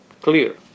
clear